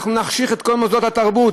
אנחנו נחשיך את כל מוסדות התרבות.